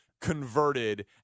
converted